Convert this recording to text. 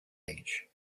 age